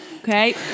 Okay